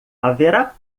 haverá